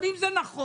אם זה נכון